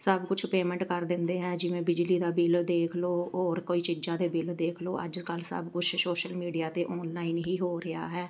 ਸਭ ਕੁਛ ਪੇਮੈਂਟ ਕਰ ਦਿੰਦੇ ਹੈ ਜਿਵੇਂ ਬਿਜਲੀ ਦਾ ਬਿੱਲ ਦੇਖ ਲਉ ਹੋਰ ਕੋਈ ਚੀਜ਼ਾਂ ਦੇ ਬਿੱਲ ਦੇਖ ਲਉ ਅੱਜ ਕੱਲ੍ਹ ਸਭ ਕੁਛ ਸੋਸ਼ਲ ਮੀਡੀਆ 'ਤੇ ਔਨਲਾਈਨ ਹੀ ਹੋ ਰਿਹਾ ਹੈ